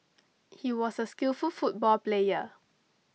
he was a skillful football player